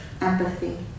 empathy